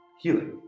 healing